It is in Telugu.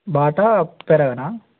బాటా పెరగన్ ఆ